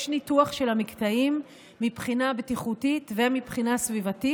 יש ניתוח של המקטעים מבחינה בטיחותית ומבחינה סביבתית,